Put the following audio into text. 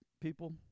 People